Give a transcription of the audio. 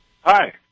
Hi